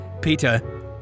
Peter